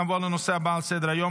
נעבור לנושא הבא על סדר-היום,